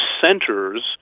centers